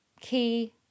key